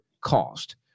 cost